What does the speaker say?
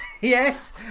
Yes